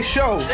Show